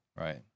Right